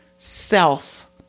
Self